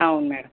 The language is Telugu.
అవును మేడం